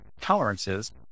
tolerances